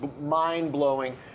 mind-blowing